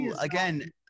again